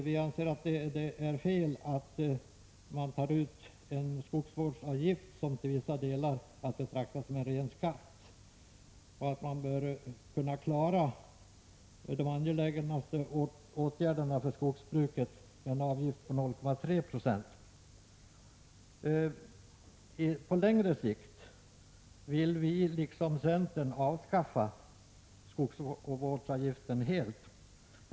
Vi anser att det är fel att man tar ut en skogsvårdsavgift som till vissa delar är att betrakta som en ren skatt och menar att de mest angelägna åtgärderna för skogsbruket bör kunna klaras med en avgift på 0,3 90. På längre sikt vill vi, liksom centern, helt avskaffa skogsvårdsavgiften.